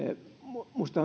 minusta